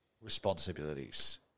responsibilities